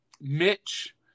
Mitch